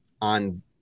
on